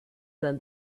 than